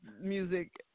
music